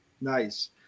Nice